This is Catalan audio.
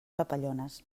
papallones